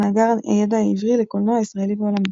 מאגר הידע העברי לקולנוע ישראלי ועולמי